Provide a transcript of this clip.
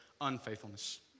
unfaithfulness